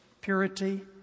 purity